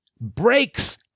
breaks